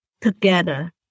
together